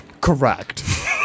Correct